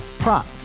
Prop